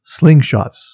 slingshots